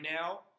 now